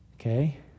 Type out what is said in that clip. Okay